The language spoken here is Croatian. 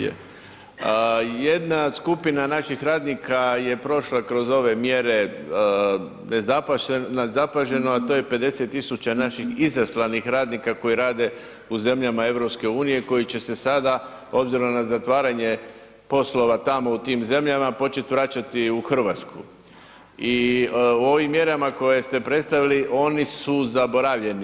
Jedna skupina naših radnika je prošla kroz ove mjere nezapaženo, a to je 50.000 naših izaslanih radnika koji rade u zemljama EU koji će se sada obzirom na zatvaranje poslova tamo u tim zemljama počet vraćati u Hrvatsku i u ovim mjerama koje ste predstavili oni su zaboravljeni.